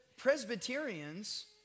Presbyterians